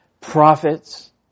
prophets